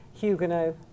Huguenot